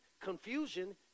Confusion